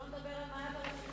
שלא נדבר על מה שהיה בראשותכם.